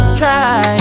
try